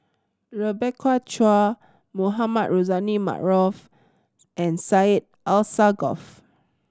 Rebecca Chua Mohamed Rozani Maarof and Syed Alsagoff